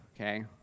okay